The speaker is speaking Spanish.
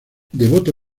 devoto